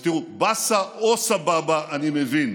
אז תראו, באסה או סבבה אני מבין,